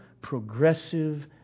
progressive